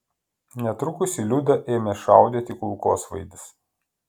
netrukus į liudą ėmė šaudyti kulkosvaidis